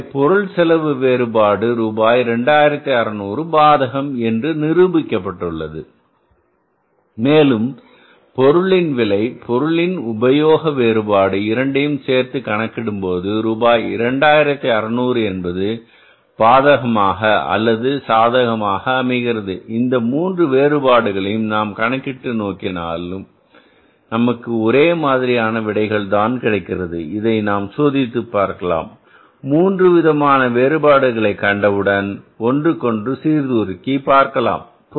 எனவே பொருள் செலவு வேறுபாடு ரூபாய் 2600 பாதகம் என்று நிரூபிக்கப்பட்டுள்ளது மேலும் பொருளின் விலை பொருளின் உபயோக வேறுபாடு இரண்டையும் சேர்த்து கணக்கிடும்போது ரூபாய் 2600 என்பது பாதகமாக அல்லது சாதகமாக அமைகிறது இந்த மூன்று வேறுபாடுகளையும் நாம் கணக்கிட்டு நோக்கினாலும் நமக்கு ஒரே மாதிரியான விடைகள் தான் கிடைக்கிறது இதை நாம் சோதித்துப் பார்க்கலாம் மூன்றுவிதமான வேறுபாடுகளை கண்டவுடன் ஒன்றுக்கொன்று சீர்தூக்கிப் பார்க்கலாம்